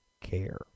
care